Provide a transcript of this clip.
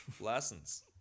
Lessons